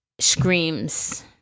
screams